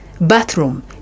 bathroom